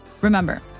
Remember